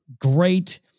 great